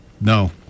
No